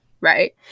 right